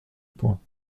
point